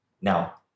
Now